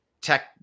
tech